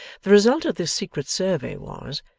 the result of this secret survey was,